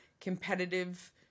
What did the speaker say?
competitive